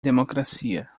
democracia